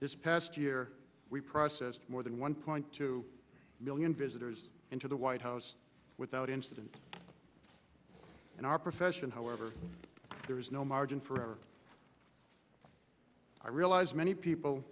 this past year we processed more than one point two million visitors into the white house without incident in our profession however there is no margin for error i realize many people